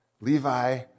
Levi